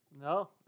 No